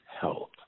health